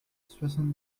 soixante